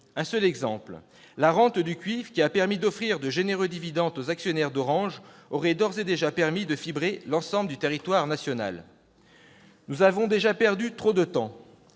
Un seul exemple : la « rente du cuivre », qui a permis d'offrir de généreux dividendes aux actionnaires d'Orange, aurait d'ores et déjà permis de « fibrer » l'ensemble du territoire national. Nous avons déjà perdu trop de temps.